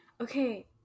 Okay